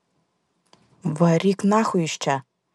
varyk nachui iš čia